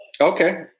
Okay